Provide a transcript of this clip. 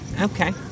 Okay